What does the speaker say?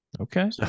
okay